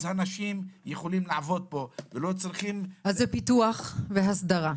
אז אנשים יכולים לעבוד פה ולא צריכים --- אז זה פיתוח והסדרה.